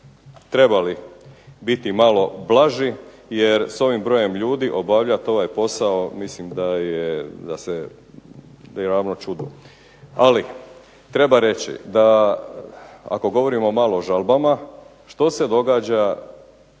trebali biti malo blaži jer s ovim brojem ljudi obavljat ovaj posao mislim da je ravno čudu. Ali treba reći da ako govorimo malo o žalbama što se događa